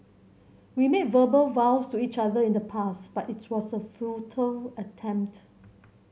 we made verbal vows to each other in the past but it was a futile attempt